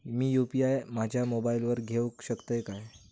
मी UPI माझ्या मोबाईलावर घेवक शकतय काय?